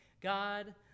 God